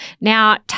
Now